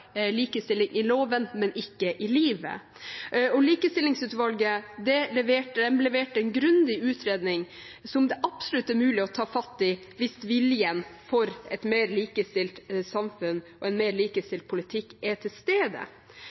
likestilling i loven, men ikke i livet? Likestillingsutvalget leverte en grundig utredning, som det absolutt er mulig å ta fatt i hvis viljen for et mer likestilt samfunn og en mer likestilt politikk er til stede.